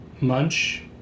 munch